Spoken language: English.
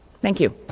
thank you.